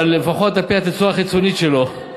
אבל לפחות על-פי הצורה החיצונית שלו.